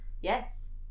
Yes